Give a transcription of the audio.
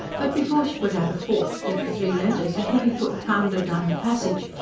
but before she could add a fourth to the three letters, a heavy foot pounded down the passage,